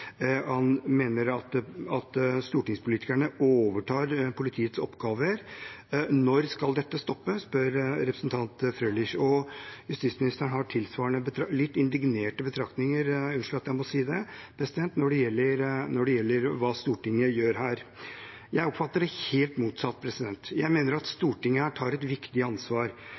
Han mener at stortingspolitikerne overtar politiets oppgaver. Når skal dette stoppe, spør representanten Frølich. Justisministeren har tilsvarende, litt indignerte betraktninger – unnskyld at jeg må si det – når det gjelder hva Stortinget gjør her. Jeg oppfatter det helt motsatt. Jeg mener at Stortinget tar et viktig ansvar.